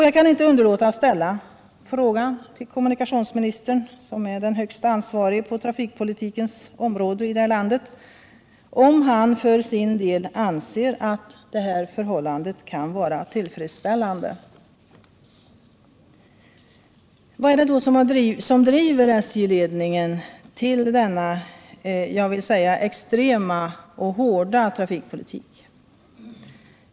Jag kan inte underlåta att ställa frågan till kommunikationsministern — som är den högste ansvarige på trafikpolitikens område i det här landet — om han för sin del anser att detta förhållande kan vara tillfredsställande. Vad är det då som driver SJ-ledningen till denna, jag vill säga extrema och hårda trafikpolitik?